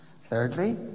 Thirdly